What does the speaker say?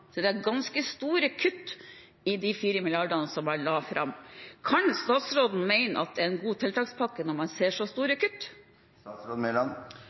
Det er ganske store kutt i de 4 mrd. kr som en la fram. Kan statsråden mene at det er en god tiltakspakke når man ser så store